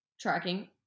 tracking